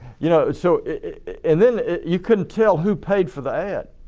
you know so and then you couldn't tell who paid for the ad.